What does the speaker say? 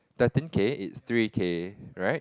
thirteen K is three K right